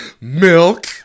Milk